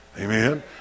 Amen